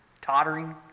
tottering